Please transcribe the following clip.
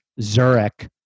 Zurich